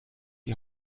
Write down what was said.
die